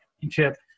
championship